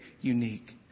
unique